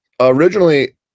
originally